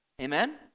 Amen